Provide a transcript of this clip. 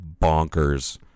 bonkers